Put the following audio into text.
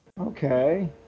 Okay